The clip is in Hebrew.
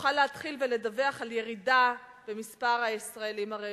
נוכל להתחיל ולדווח על ירידה במספר הישראלים הרעבים,